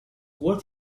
what